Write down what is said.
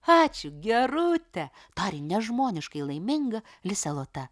ačiū gerute tarė nežmoniškai laiminga lisė lota